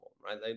right